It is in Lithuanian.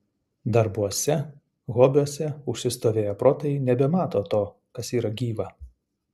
darbuose hobiuose užsistovėję protai nebemato to kas yra gyva